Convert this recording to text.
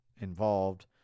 involved